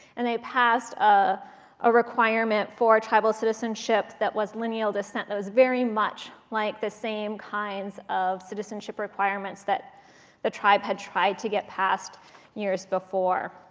and they passed a ah requirement for tribal citizenship that was lineal descent that was very much like the same kinds of citizenship requirements that the tribe had tried to get passed years before.